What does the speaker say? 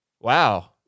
wow